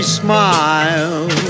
smile